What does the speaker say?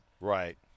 Right